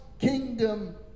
kingdom